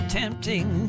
tempting